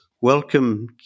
Welcome